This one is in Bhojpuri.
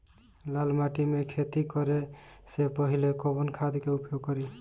लाल माटी में खेती करे से पहिले कवन खाद के उपयोग करीं?